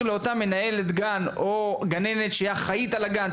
לאותה מנהלת גן או גננת שהיא אחראית על הגן,